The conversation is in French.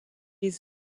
les